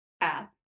app